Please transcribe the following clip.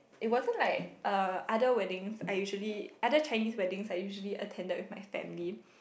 it wasn't like uh other weddings I usually other Chinese weddings I usually attended with my family